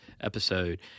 episode